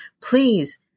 please